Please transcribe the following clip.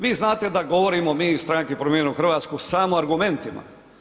Vi znate da govorimo mi iz stranke Promijenimo Hrvatsku samo argumentima.